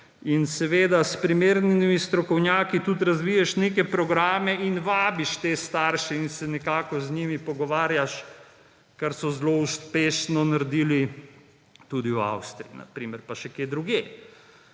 in seveda s primernimi strokovnjaki tudi razviješ neke programe in vabiš te starše in se nekako z njimi pogovarjaš, kar so zelo uspešno narediti tudi v Avstriji, na primer, pa še kje drugje.